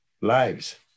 lives